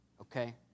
Okay